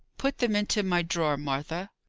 put them into my drawer, martha.